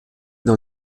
dans